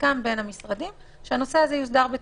הוסכם בין המשרדים שהנושא הזה יוסדר בתקנות,